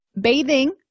Bathing